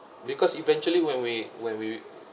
because eventually when we when we